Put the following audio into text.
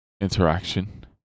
interaction